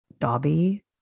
Dobby